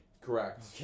Correct